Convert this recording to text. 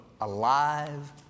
alive